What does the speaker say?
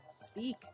Speak